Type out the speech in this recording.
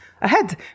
ahead